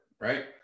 Right